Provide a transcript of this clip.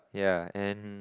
yeah and